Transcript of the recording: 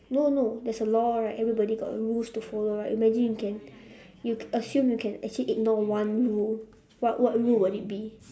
no no there's a law right everybody got rules to follow right imagine you can you assume you can actually ignore one rule what what rule would it be